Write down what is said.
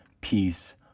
peace